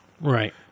Right